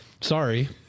Sorry